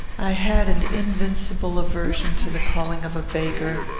i had an invincible aversion to the calling of a beggar,